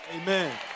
Amen